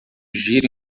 giro